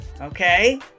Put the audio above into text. okay